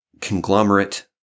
conglomerate